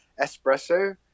espresso